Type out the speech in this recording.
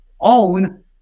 own